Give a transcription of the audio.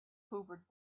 hoovered